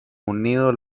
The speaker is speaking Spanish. unido